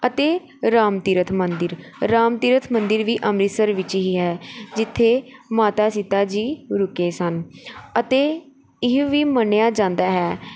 ਅਤੇ ਰਾਮ ਤੀਰਥ ਮੰਦਰ ਰਾਮ ਤੀਰਥ ਮੰਦਰ ਵੀ ਅੰਮ੍ਰਿਤਸਰ ਵਿੱਚ ਹੀ ਹੈ ਜਿੱਥੇ ਮਾਤਾ ਸੀਤਾ ਜੀ ਰੁਕੇ ਸਨ ਅਤੇ ਇਹ ਵੀ ਮੰਨਿਆ ਜਾਂਦਾ ਹੈ